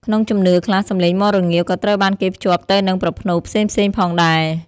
ក្នុងជំនឿខ្លះ សំឡេងមាន់រងាវក៏ត្រូវបានគេភ្ជាប់ទៅនឹងប្រផ្នូលផ្សេងៗផងដែរ។